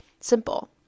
simple